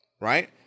right